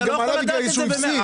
הוא גם עלה כי הוא הפסיד.